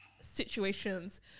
situations